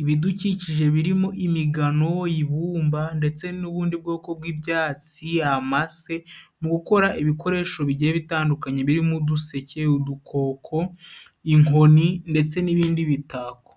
ibidukikije birimo: imigano, ibumba ndetse n'ubundi bwoko bw'ibyatsi. Amase mu gukora ibikoresho bigiye bitandukanye birimo: uduseke, udukoko, inkoni ndetse n'ibindi bitako.